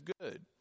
good